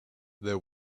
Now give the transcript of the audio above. there